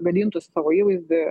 gadintų savo įvaizdį